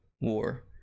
war